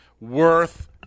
worth